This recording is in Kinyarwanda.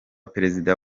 perezida